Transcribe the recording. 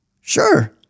Sure